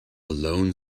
lone